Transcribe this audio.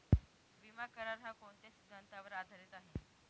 विमा करार, हा कोणत्या सिद्धांतावर आधारीत आहे?